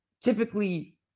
typically